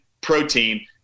protein